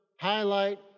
highlight